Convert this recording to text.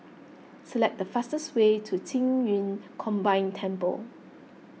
select the fastest way to Qing Yun Combined Temple